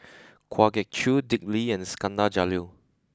Kwa Geok Choo Dick Lee and Iskandar Jalil